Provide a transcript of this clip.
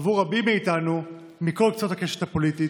עבור רבים מאיתנו, מכל קצות הקשת הפוליטית,